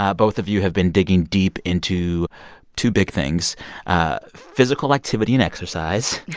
ah both of you have been digging deep into two big things ah physical activity and exercise.